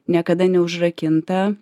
niekada neužrakinta